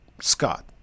Scott